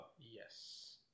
Yes